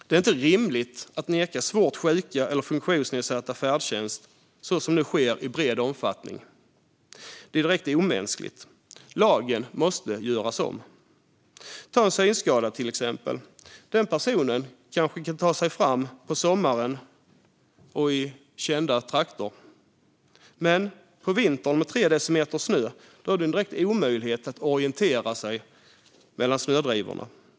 Det är inte rimligt att neka svårt sjuka eller funktionsnedsatta färdtjänst på det sätt som nu sker i bred omfattning. Det är direkt omänskligt. Lagen måste göras om. En synskadad person kanske kan ta sig fram på sommaren i kända trakter. Men på vintern med tre decimeter snö är det en direkt omöjlighet att orientera sig mellan snödrivorna.